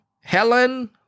Helen